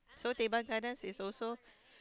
so Teban-Gardens is also